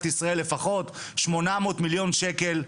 ישראל לפחות שמונה מאות מיליון שקל לאגודות,